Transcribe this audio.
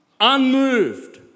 unmoved